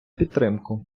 підтримку